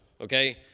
okay